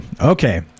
okay